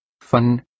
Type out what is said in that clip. Fun